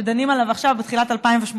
שדנים עליו עכשיו בתחילת 2018,